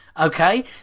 okay